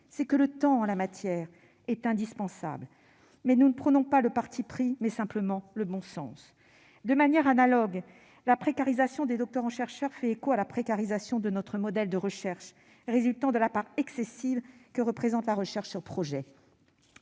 : le temps en la matière est indispensable. Il s'agit non pas de parti pris, mais simplement de bon sens. De manière analogue, la précarisation des doctorants chercheurs fait écho à la précarisation de notre modèle de recherche, résultant de la part excessive que représente la recherche sur projets.